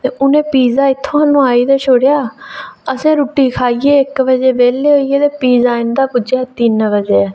ते उन्नै पिज्जा इत्थूं ते नुहाई ते छोड़ेआ असें रुट्टी खाइयै ते इक बजे बैह्ल्ले होइयै ते पिज्जा इं'दा पुज्जेआ तिन्न बजे